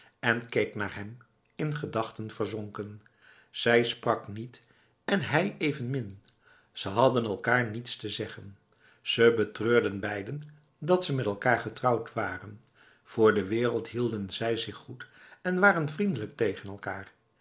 en keek naar hem in gedachten verzonken zij sprak niet en hij evenmin ze hadden elkaar niets te zeggen ze betreurden beiden dat ze met elkaar getrouwd waren voor de wereld hielden zij zich goed en waren vriendelijk tegen elkaar